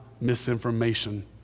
misinformation